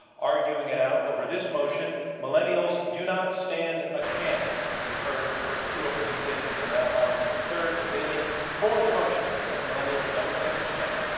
arguing it out over this motion millennials do not stand a chance. you've heard the first two opening statements and now onto the third. debating for the motion that the millennials don't stand a chance,